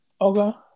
Okay